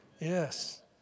Yes